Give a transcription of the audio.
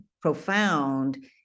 profound